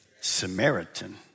Samaritan